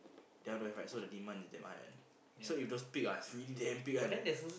they all don't have ride so the demand is damn high one so if those peak is really damn big one